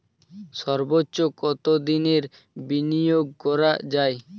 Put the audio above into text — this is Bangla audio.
সর্বোচ্চ কতোদিনের বিনিয়োগ করা যায়?